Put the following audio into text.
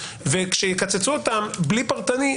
וכשיקצצו אותם בלי פרטני,